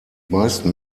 meisten